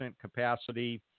capacity